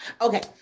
Okay